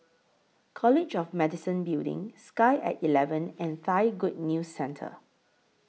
College of Medicine Building Sky At eleven and Thai Good News Centre